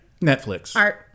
Netflix